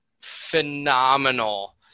phenomenal